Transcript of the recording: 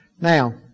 Now